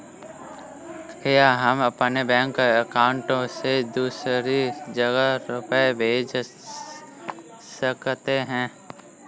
क्या हम अपने बैंक अकाउंट से दूसरी जगह रुपये भेज सकते हैं?